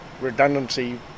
redundancy